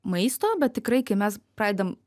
maisto bet tikrai kai mes pradedam